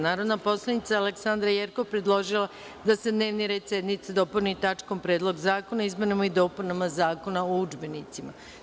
Narodna poslanica Aleksandra Jerkov predložila je da se dnevni red sednice dopuni tačkom - Predlog zakona o izmenama i dopunama Zakona o udžbenicima.